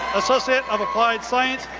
associate of applied science,